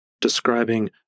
describing